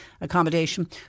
accommodation